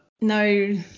No